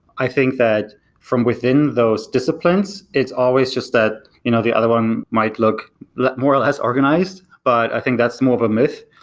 i think that from within those disciplines, it's always just that you know the other one might look look more or less organized. but i think that's more of a myth.